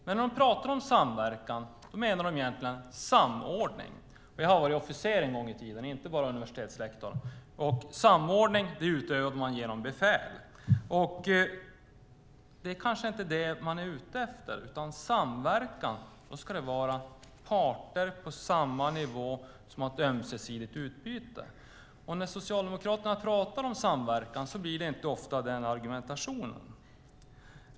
Men när de pratar om samverkan menar de egentligen samordning. Jag har varit officer en gång i tiden, inte bara universitetslektor, och samordning utövar man genom befäl. Det är kanske inte det man är ute efter, utan samverkan, och då ska det vara parter på samma nivå som har ett ömsesidigt utbyte. När Socialdemokraterna pratar om samverkan blir det inte ofta den argumentationen.